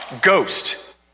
Ghost